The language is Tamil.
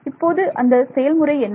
இப்போது அந்த செயல்முறை என்ன